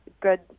good